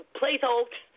placeholder